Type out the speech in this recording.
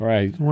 Right